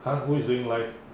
!huh! who is doing live